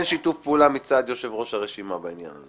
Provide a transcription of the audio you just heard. שיתוף פעולה מצד יושב-ראש הרשימה בעניין הזה.